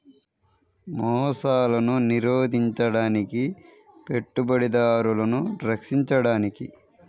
మోసాలను నిరోధించడానికి, పెట్టుబడిదారులను రక్షించడానికి